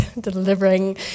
delivering